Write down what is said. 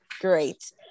great